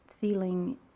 feeling